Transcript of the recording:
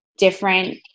different